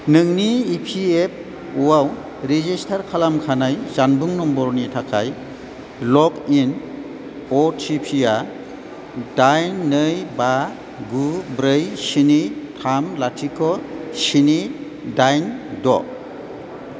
नोंनि इपिएफअआव रेजिस्टार खालामखानाय जानबुं नम्बरनि थाखाय लग इन अटिपिआ दाइन नै बा गु ब्रै स्नि थाम लाथिख' स्नि दाइन द'